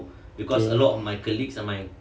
okay